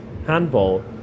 handball